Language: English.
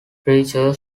preacher